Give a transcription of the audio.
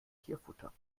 tierfutter